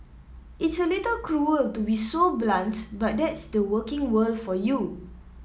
it's a little cruel to be so blunt but that's the working world for you